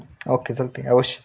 okay चलते अवश्य